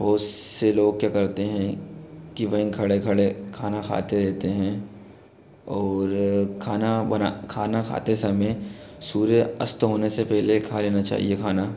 बहुत से लोग क्या करते हैं कि वहीं खड़े खड़े खाना खाते रहते हैं और खाना बना खाना खाते समय सूर्य अस्त होने से पहले खा लेना चाहिए खाना